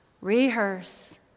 Rehearse